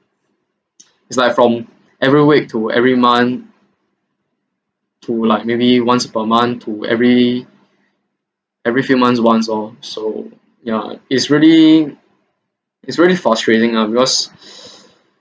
is like from every week to every month to like maybe once per month to every every few months once oh so yeah it's really it's really frustrating ah because